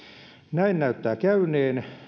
näin näyttää käyneen